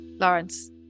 Lawrence